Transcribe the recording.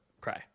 cry